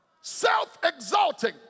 Self-exalting